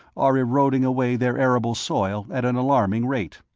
are eroding away their arable soil at an alarming rate.